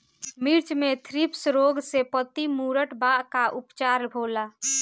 मिर्च मे थ्रिप्स रोग से पत्ती मूरत बा का उपचार होला?